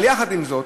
אבל יחד עם זאת,